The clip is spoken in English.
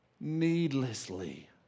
needlessly